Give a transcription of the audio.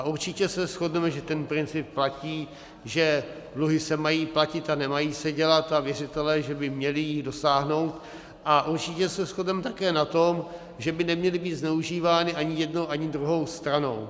Určitě se shodneme, že ten princip platí, že dluhy se mají platit a nemají se dělat a věřitelé že by jich měli dosáhnout, a určitě se shodneme také na tom, že by neměly být zneužívány ani jednou ani druhou stranou.